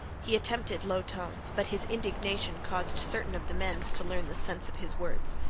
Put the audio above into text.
he attempted low tones, but his indignation caused certain of the men to learn the sense of his words.